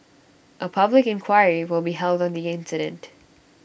A public inquiry will be held on the incident